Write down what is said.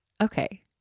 okay